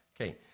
okay